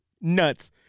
Nuts